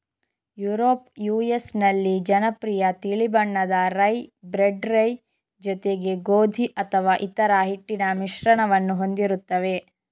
Europe US ನಲ್ಲಿ ಜನಪ್ರಿಯ ತಿಳಿ ಬಣ್ಣದ ರೈ, ಬ್ರೆಡ್ ರೈ ಜೊತೆಗೆ ಗೋಧಿ ಅಥವಾ ಇತರ ಹಿಟ್ಟಿನ ಮಿಶ್ರಣವನ್ನು ಹೊಂದಿರುತ್ತವೆ